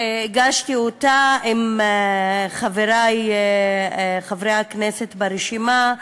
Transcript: שהגשתי עם חברי חברי הכנסת ברשימה: